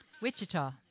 Wichita